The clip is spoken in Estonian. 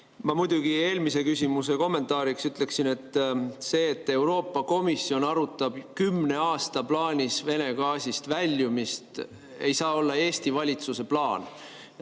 Ma muidugi eelmise küsimuse kommentaariks ütleksin nii: see, et Euroopa Komisjon arutab kümne aasta plaanis Vene gaasist väljumist, ei saa olla Eesti valitsuse plaan.